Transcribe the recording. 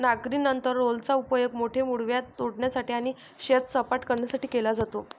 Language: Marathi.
नांगरणीनंतर रोलरचा उपयोग मोठे मूळव्याध तोडण्यासाठी आणि शेत सपाट करण्यासाठी केला जातो